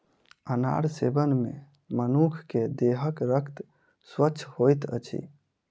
अनार सेवन मे मनुख के देहक रक्त स्वच्छ होइत अछि